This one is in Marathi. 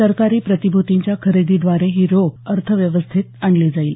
सरकारी प्रतिभूतींच्या खरेदीद्वारे ही रोख अर्थव्यवस्थेत आणली जाईल